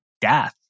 death